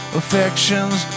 affections